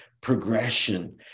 progression